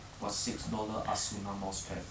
for six dollar asuna mouse pad